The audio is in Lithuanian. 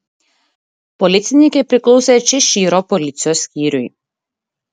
policininkė priklausė češyro policijos skyriui